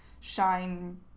shine